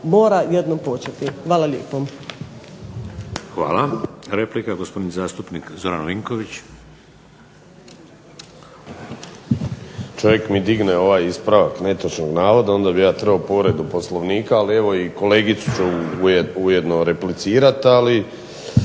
mora jednom početi. Hvala lijepo. **Šeks, Vladimir (HDZ)** Hvala. Replika gospodin zastupnik Zoran Vinković. **Vinković, Zoran (SDP)** Čovjek mi digne ovaj ispravak netočnog navoda, onda bih ja trebao povredu poslovnika, ali kolegicu ću ujedno replicirati, ali